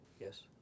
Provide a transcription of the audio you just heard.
Yes